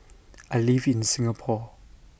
I live in Singapore